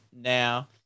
now